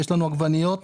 את העגבניות,